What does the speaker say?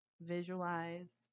visualize